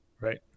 Right